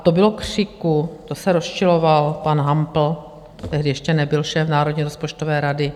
To bylo křiku, to se rozčiloval pan Hampl, tehdy ještě nebyl šéfem Národní rozpočtové rady.